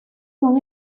son